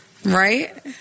Right